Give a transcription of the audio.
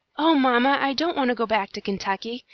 oh, mamma! i don't want to go back to kentucky!